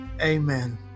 Amen